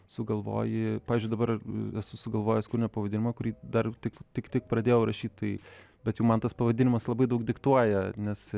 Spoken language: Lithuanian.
sugalvoji pavyzdžiui dabar esu sugalvojęs kūrinio pavadinimą kurį dar tik tik tik pradėjau rašyt tai bet jau man tas pavadinimas labai daug diktuoja nes